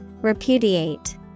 repudiate